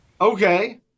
Okay